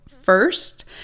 first